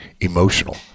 emotional